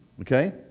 Okay